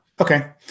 okay